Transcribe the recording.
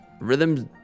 rhythms